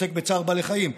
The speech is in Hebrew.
שעוסק בצער בעלי חיים.